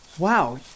Wow